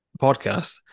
podcast